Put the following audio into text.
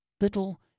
Little